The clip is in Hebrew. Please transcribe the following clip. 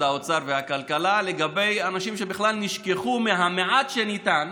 האוצר והכלכלה לגבי אנשים שבכלל נשכחו מהמעט שניתן,